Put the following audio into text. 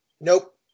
nope